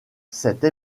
cette